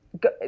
go